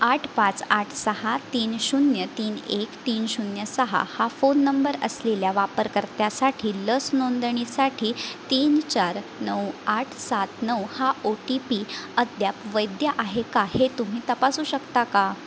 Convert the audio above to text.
आठ पाच आठ सहा तीन शून्य तीन एक तीन शून्य सहा हा फोन नंबर असलेल्या वापरकर्त्यासाठी लस नोंदणीसाठी तीन चार नऊ आठ सात नऊ हा ओ टी पी अद्याप वैध आहे का हे तुम्ही तपासू शकता का